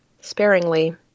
sparingly